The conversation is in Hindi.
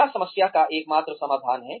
क्या समस्या का एकमात्र समाधान है